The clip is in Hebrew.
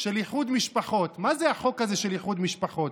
של איחוד משפחות, מה זה החוק הזה של איחוד משפחות?